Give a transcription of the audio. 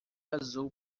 azul